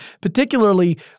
particularly